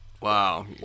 Wow